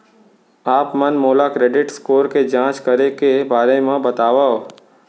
आप मन मोला क्रेडिट स्कोर के जाँच करे के बारे म बतावव?